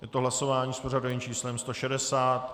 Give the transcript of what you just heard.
Je to hlasování s pořadovým číslem 160.